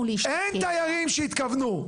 שהתכוונו --- אין תיירים שהתכוונו,